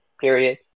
period